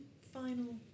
final